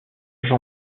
jean